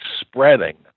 spreading